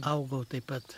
augau taip pat